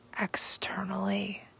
externally